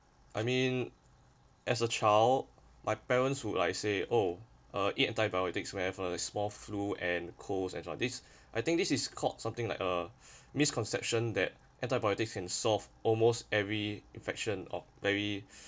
I mean as a child my parents would I say oh uh eat antibiotics whenever there's small flu and colds and stuff I think this is called something like uh misconception that antibiotics can solve almost every infection or very